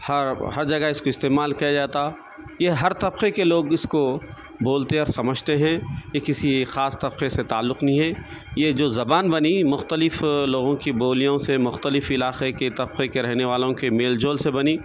ہر ہر جگہ اس کا استعمال کیا جاتا یہ ہر طبقے کے لوگ اس کو بولتے اورسمجھتے ہیں یہ کسی ایک خاص طبقے سے تعلق نہیں ہے یہ جو زبان بنی مختلف لوگوں کی بولیوں سے مختلف علاقے کے طبقے کے رہنے والوں کے میل جول سے بنی